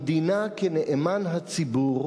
המדינה, כנאמן הציבור,